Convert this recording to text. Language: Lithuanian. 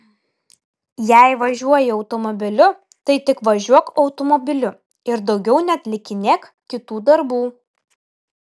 jei važiuoji automobiliu tai tik važiuok automobiliu ir daugiau neatlikinėk kitų darbų